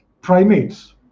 primates